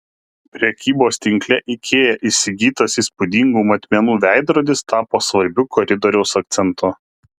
prekybos tinkle ikea įsigytas įspūdingų matmenų veidrodis tapo svarbiu koridoriaus akcentu